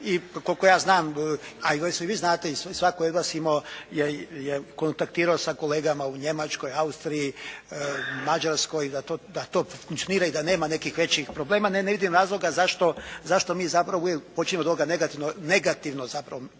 i koliko ja znam, a recimo i vi znate i svatko je od vas imao, kontaktirao sa kolegama u Njemačkoj, Austriji, Mađarskoj da to funkcionira i da nema nekih većih problema. Ne vidim razloga zašto mi zapravo uvijek počivamo od ovog negativnog, zapravo